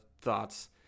thoughts